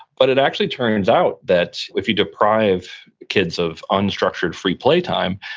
but it actually turns out that if you deprive kids of unstructured free play time,